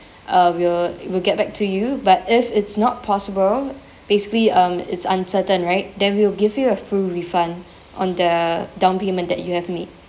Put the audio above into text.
uh we'll we'll get back to you but if it's not possible basically um it's uncertain right then we'll give you a full refund on the down payment that you have made